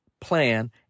plan